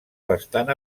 bastant